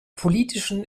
politischen